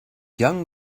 young